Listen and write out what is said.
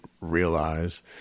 realize